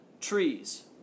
Trees